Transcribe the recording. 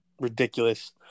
ridiculous